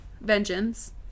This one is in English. Vengeance